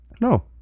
No